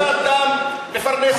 הקזת דם מפרנסת הקזת דם.